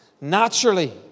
naturally